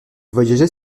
voyageait